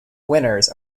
winners